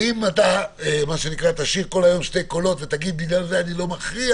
אם תשיר כל היום בשני קולות ותגיד שבגלל זה אתה לא מכריע